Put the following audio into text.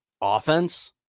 offense